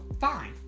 Fine